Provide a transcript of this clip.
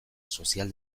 sozial